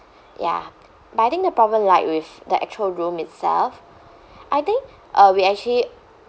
ya but I think the problem laid with the actual room itself I think uh we actually